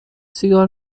سیگار